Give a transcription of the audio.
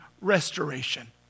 restoration